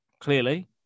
Clearly